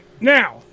now